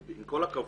עם כל הכבוד,